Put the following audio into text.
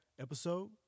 episode